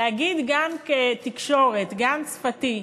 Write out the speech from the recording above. להגיד גן תקשורת, גן שפתי,